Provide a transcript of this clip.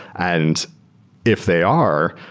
and if they are,